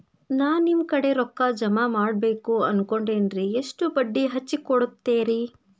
ನಾ ನಿಮ್ಮ ಕಡೆ ರೊಕ್ಕ ಜಮಾ ಮಾಡಬೇಕು ಅನ್ಕೊಂಡೆನ್ರಿ, ಎಷ್ಟು ಬಡ್ಡಿ ಹಚ್ಚಿಕೊಡುತ್ತೇರಿ?